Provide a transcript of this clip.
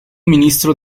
ministro